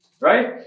Right